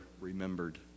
remembered